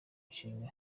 nshinga